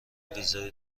ویزای